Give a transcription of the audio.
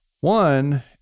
One